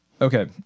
Okay